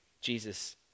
Jesus